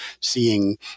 seeing